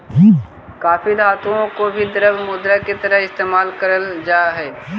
काफी धातुओं को भी द्रव्य मुद्रा की तरह इस्तेमाल करल जा हई